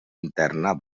interna